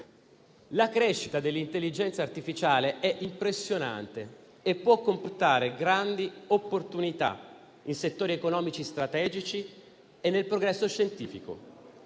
La crescita dell'intelligenza artificiale è impressionante e può comportare grandi opportunità in settore economici strategici e nel progresso scientifico,